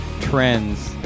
trends